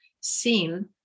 seen